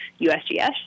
USGS